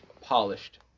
polished